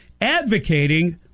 Advocating